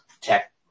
tech